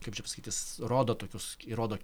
kaip čia pasakyt jis rodo tokius įrodo